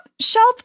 shelf